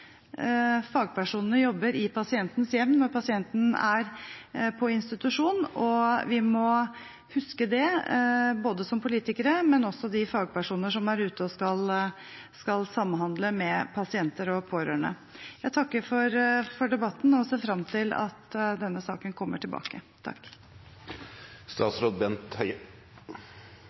Fagpersonene jobber i pasientens hjem når pasienten er på institusjon, og vi må huske det, både vi som politikere og de fagpersoner som er ute og skal samhandle med pasienter og pårørende. Jeg takker for debatten og ser fram til at denne saken kommer tilbake.